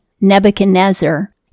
Nebuchadnezzar